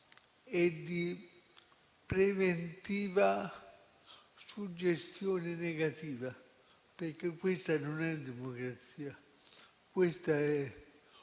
e di preventiva suggestione negativa, perché questa non è democrazia, ma è opposizione